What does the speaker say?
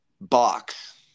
box